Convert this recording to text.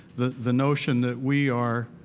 the the notion that we are,